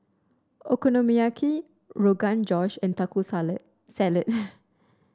Okonomiyaki Rogan Josh and Taco Salad